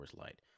Light